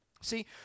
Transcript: See